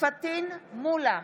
פטין מולא,